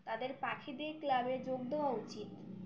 তাদের পাখিদের ক্লাবে যোগ দেওয়া উচিত